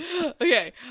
Okay